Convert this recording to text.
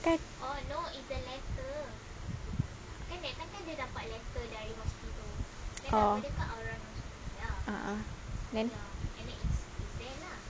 oh a'ah then